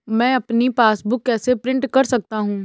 मैं अपनी पासबुक कैसे प्रिंट कर सकता हूँ?